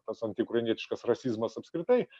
tas antiukrainietiškas rasizmas apskritai